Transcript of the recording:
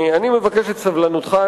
אני מבקש את סבלנותך,